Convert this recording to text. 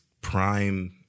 prime